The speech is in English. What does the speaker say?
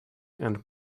and